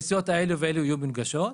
הנסיעות האלה והאלה יהיו מונגשות.